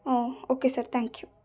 oh okay sir thank you